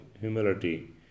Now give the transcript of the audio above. humility